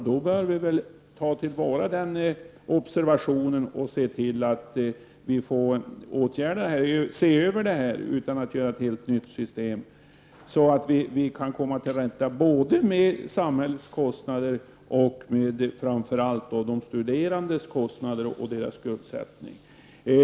Då bör vi ta tillvara denna observation och se till att problemet blir åtgärdat, utan att man skapar ett helt nytt system, för att vi skall kunna komma till rätta både med samhällets kostnader och med framför allt de studerandes kostnader och deras skuldsättning.